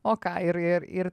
o ką ir ir ir